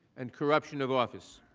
and corruption of office.